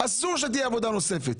אסור שתהיה עבודה נוספת.